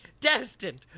destined